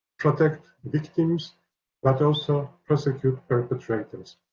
protect victims but also prosecute perpetrators.